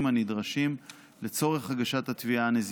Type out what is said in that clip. הנדרשים לצורך הגשת התביעה הנזיקית,